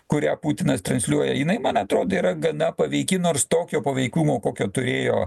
kurią putinas transliuoja jinai man atrodo yra gana paveiki nors tokio paveikumo kokio turėjo